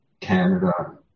Canada